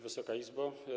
Wysoka Izbo!